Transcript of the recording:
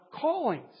callings